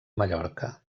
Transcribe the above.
mallorca